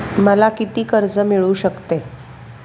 मला किती कर्ज मिळू शकते?